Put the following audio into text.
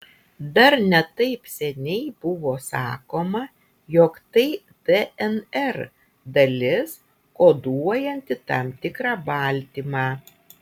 dar ne taip seniai buvo sakoma jog tai dnr dalis koduojanti tam tikrą baltymą